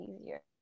easier